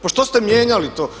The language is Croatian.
Pa što ste mijenjali to?